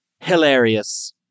hilarious